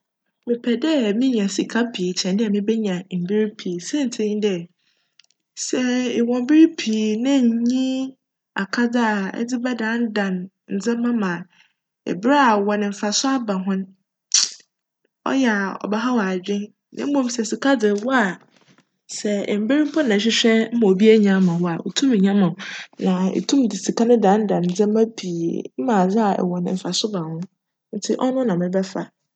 Mepj dj menya sika pii kyjn dj mebenya mber pii siantsir nye dj, sj ewc mber pii na nnyi akadze a edze bjdandan ndzjmba mu a, ber a ewc no mfaso aba ho no, cyj a cbjhaw adwen na mbom sj sika dze ewc a, sj mber mpo na erohwehwj na obi ennya amma wo a, otum nya ma wo na itum dze sika no dandan ndzjmba pii ma sika a ewc no mfaso ba ho ntsi cno na mebjfa.